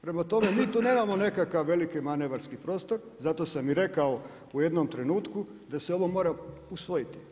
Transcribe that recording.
Prema tome, mi tu nemamo nekakav veliki manevarski prostor, zato sam i rekao u jednom trenutku da se ovo mora usvojiti.